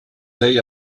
day